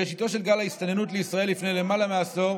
בראשיתו של גל ההסתננות לישראל לפני למעלה מעשור